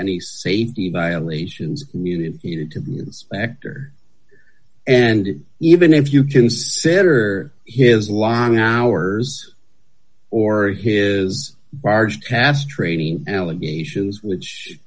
any safety violations immunity to the inspector and even if you consider his long hours or his barge past training allegations which